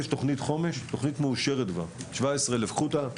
יש תוכנית חומש שמאושרת כבר, על 17,000 כיתות.